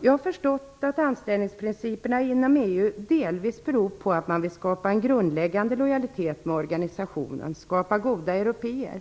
Jag har förstått att anställningsprinciperna inom EU delvis beror på att man vill skapa en grundläggande lojalitet med organisationen, skapa goda européer.